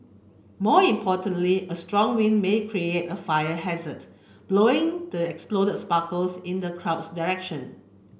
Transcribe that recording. more importantly a strong wind may create a fire hazard blowing the explode sparkles in the crowd's direction